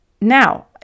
Now